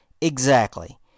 Exactly